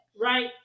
Right